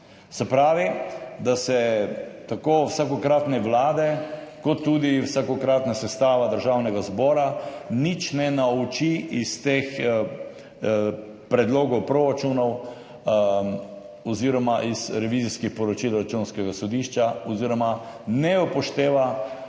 Se pravi, da se tako vsakokratne vlade kot tudi vsakokratna sestava državnega zbora nič ne nauči iz teh predlogov proračunov oziroma iz revizijskih poročil Računskega sodišča oziroma ne upošteva